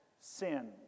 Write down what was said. sin